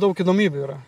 daug įdomybių yra